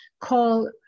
call